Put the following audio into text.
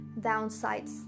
downsides